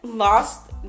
lost